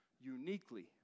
uniquely